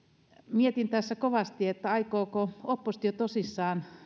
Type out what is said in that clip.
mietin tässä kovasti aikooko oppositio tosissaan